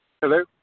Hello